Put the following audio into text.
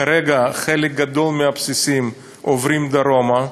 כרגע חלק גדול מהבסיסים עוברים דרומה,